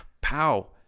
pow